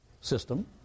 system